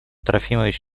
трофимович